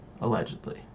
Allegedly